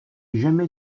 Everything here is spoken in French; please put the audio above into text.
jamais